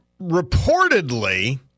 reportedly